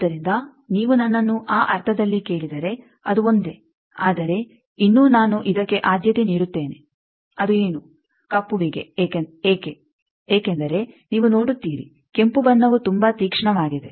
ಆದ್ದರಿಂದ ನೀವು ನನ್ನನ್ನು ಆ ಅರ್ಥದಲ್ಲಿ ಕೇಳಿದರೆ ಅದು ಒಂದೇ ಆದರೆ ಇನ್ನೂ ನಾನು ಇದಕ್ಕೆ ಆದ್ಯತೆ ನೀಡುತ್ತೇನೆ ಅದು ಏನು ಕಪ್ಪುವಿಗೆ ಏಕೆ ಏಕೆಂದರೆ ನೀವು ನೋಡುತ್ತೀರಿ ಕೆಂಪು ಬಣ್ಣವು ತುಂಬಾ ತೀಕ್ಷ್ಣವಾಗಿದೆ